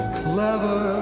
clever